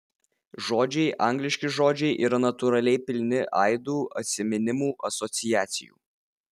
žodžiai angliški žodžiai yra natūraliai pilni aidų atsiminimų asociacijų